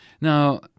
Now